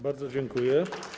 Bardzo dziękuję.